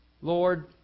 Lord